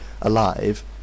alive